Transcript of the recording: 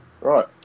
Right